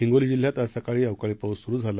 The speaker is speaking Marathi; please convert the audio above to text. हिंगोली जिल्ह्यात आज सकाळी अवकाळी पाऊस सुरु झाला